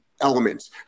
elements